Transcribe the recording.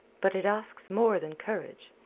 but it asks more than courage.